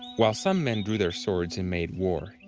while some men drew their swords and made war,